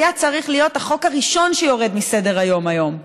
היה צריך להיות החוק הראשון שיורד מסדר-היום היום,